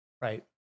Right